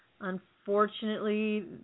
Unfortunately